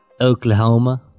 Oklahoma